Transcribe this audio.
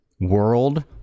world